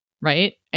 right